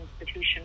institution